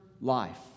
life